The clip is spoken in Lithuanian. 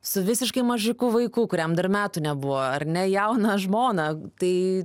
su visiškai mažiuku vaiku kuriam dar metų nebuvo ar ne jauną žmoną tai